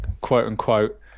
quote-unquote